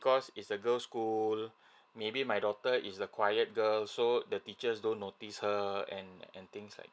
because it's a girl school maybe my daughter is a quiet girl so the teachers don't notice her and and things like